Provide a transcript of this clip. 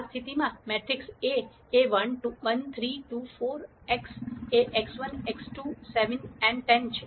આ સ્થિતિમાં matrix A એ 1 3 2 4 x એ x1 x2 7 10 છે